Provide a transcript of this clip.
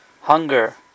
Hunger